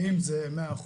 האם זה 100%?